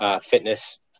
fitness